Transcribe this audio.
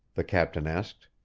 the captain asked.